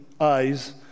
eyes